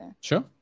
Sure